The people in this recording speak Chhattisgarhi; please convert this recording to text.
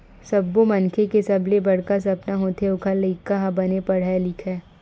सब्बो मनखे के सबले बड़का सपना होथे ओखर लइका ह बने पड़हय लिखय